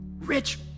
Rich